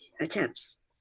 attempts